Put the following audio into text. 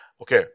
Okay